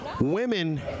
Women